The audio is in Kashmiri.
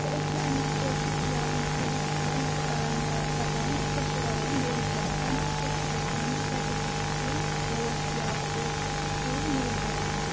تہٕ أسۍ چھِ اَمہِ پوشِچ یا اَمہِ کُلِچ لٔنٛڈ ژَٹان تہٕ سۄ چھِ وَوان بیٚیِس جایہِ تَمہِ سۭتۍ کیٛاہ چھُ گژھان کہِ تَتٮ۪تھ تہِ چھُ سُہ پوش یا سُہ کُل نوٚو زٮ۪وان